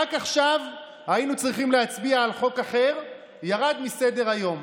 רק עכשיו היינו צריכים להצביע על חוק אחר וזה ירד מסדר-היום.